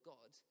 God